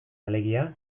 alegia